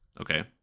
okay